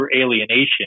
alienation